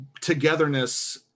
togetherness